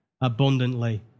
abundantly